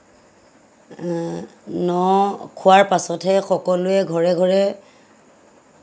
ন খোৱাৰ পাছতহে সকলোৱে ঘৰে ঘৰে